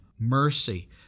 mercy